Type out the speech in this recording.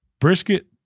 brisket